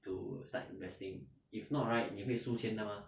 to start investing if not right 你会输钱的吗